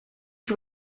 you